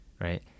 right